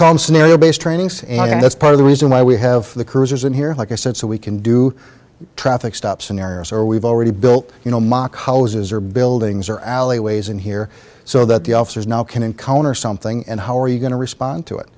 called scenario based training so that's part of the reason why we have the cruisers in here like i said so we can do traffic stops in areas or we've already built you know mock houses or buildings or alleyways in here so that the officers now can encounter something and how are you going to respond to it